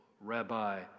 Rabbi